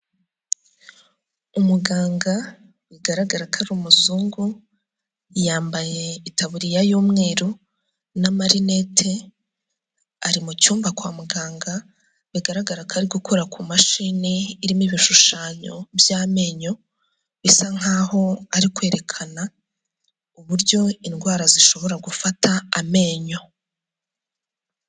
Umuganga bigaragara ko ari umuzungu yambaye itaburiya y'umweru n'amarinete, ari mu cyumba kwa muganga bigaragara ko ari gukora ku mashini irimo ibishushanyo by'amenyo, bisa nkaho ari kwerekana uburyo indwara zishobora gufata amenyo..